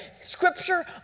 Scripture